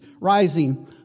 rising